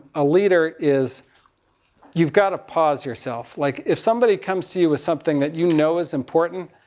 a leader is you've got to pause yourself. like if somebody comes to you with something that you know is important.